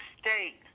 State